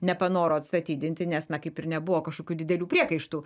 nepanoro atstatydinti nes na kaip ir nebuvo kažkokių didelių priekaištų